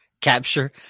capture